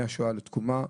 משואה לתקומה.